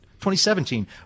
2017